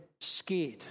scared